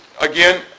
again